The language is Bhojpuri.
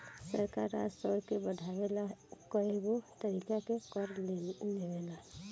सरकार राजस्व के बढ़ावे ला कएगो तरीका के कर लेवेला